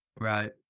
right